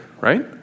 right